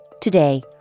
Today